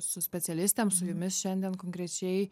su specialistėm su jumis šiandien konkrečiai